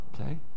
okay